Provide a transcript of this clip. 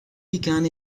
begun